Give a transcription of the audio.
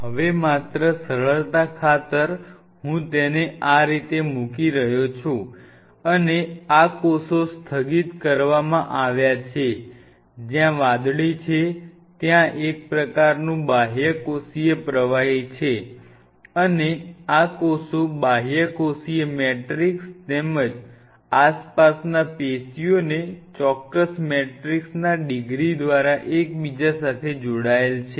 હવે માત્ર સરળતા ખાતર હું તેને આ રીતે મૂકી રહ્યો છું અને આ કોષો સ્થગિત કરવામાં આવ્યા છે જ્યાં વાદળી છે ત્યાં એક પ્રકારનું બાહ્યકોષીય પ્રવાહી છે અને આ કોષો બાહ્યકોષીય મેટ્રિક્સ તેમજ આસપાસના પેશીઓને ચોક્કસ મેટ્રિક્સના ડિગ્રી દ્વારા એકબીજા સાથે જોડાયેલા છે